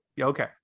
okay